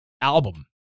album